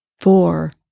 four